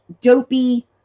dopey